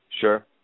Sure